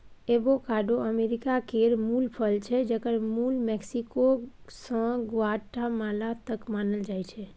avocado America केर मुल फल छै जकर मुल मैक्सिको सँ ग्वाटेमाला तक मानल जाइ छै